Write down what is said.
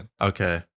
Okay